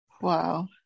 Wow